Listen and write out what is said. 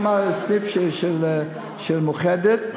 סניף של קופת-חולים מאוחדת,